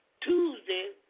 Tuesday